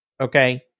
Okay